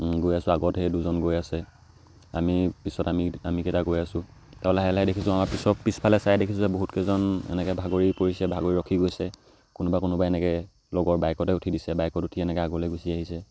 গৈ আছোঁ আগত সেই দুজন গৈ আছে আমি পিছত আমি আমিকেইটা গৈ আছোঁ তাপা লাহে লাহে দেখিছোঁ আমাৰ পিছত পিছফালে চাই দেখিছোঁ যে বহুতকেইজন এনেকৈ ভাগৰি পৰিছে ভাগৰি ৰখি গৈছে কোনোবা কোনোবা এনেকৈ লগৰ বাইকতে উঠি দিছে বাইকত উঠি এনেকৈ আগলৈ গুচি আহিছে